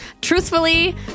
truthfully